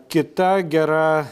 kita gera